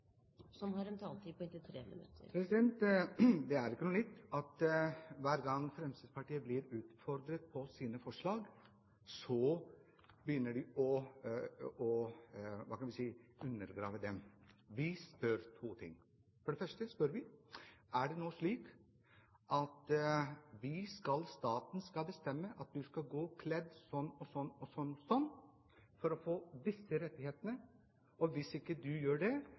ikke noe nytt at hver gang Fremskrittspartiet blir utfordret på sine forslag, begynner de å – hva skal vi si – undergrave dem. Vi spør om to ting. For det første spør vi: Er det nå slik at staten skal bestemme at du skal gå kledd sånn og sånn for å få visse rettigheter, og hvis du ikke gjør det, skal du miste disse rettighetene? Er det